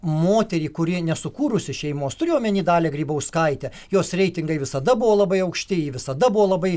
moterį kuri nesukūrusių šeimos turiu omeny dalią grybauskaitę jos reitingai visada buvo labai aukšti ji visada buvo labai